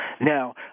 Now